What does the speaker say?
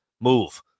move